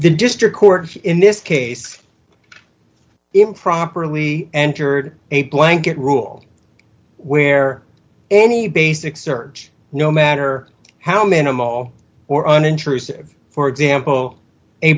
the district court in this case improperly we entered a blanket rule where any basic search no matter how minimal or unintrusive for example a